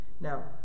Now